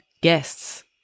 guests